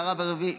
לרב הרביעי,